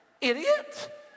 idiot